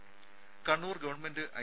രുദ Kannur government I